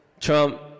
Trump